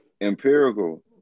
empirical